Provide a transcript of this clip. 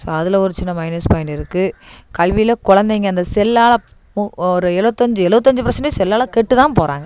so அதில் ஒரு சின்ன மைனஸ் பாயிண்டு இருக்குது கல்வியில குலந்தைங்க அந்த செல்லால் போ ஒரு எழுவத்தஞ்சி எழுவத்தஞ்சி பர்சென்டேஜ் செல்லால் கெட்டு தான் போகிறாங்க